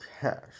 cash